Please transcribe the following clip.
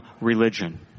religion